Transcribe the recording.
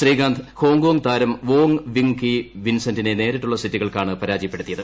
Srikanth Hong Kong താരം Wong Wing Ki വിൻസന്റിനെ നേരിട്ടുള്ള സെറ്റുകൾക്കാണ് പരാജയപ്പെടുത്തിയത്